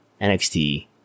NXT